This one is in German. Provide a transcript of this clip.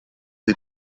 sie